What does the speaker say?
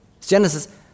Genesis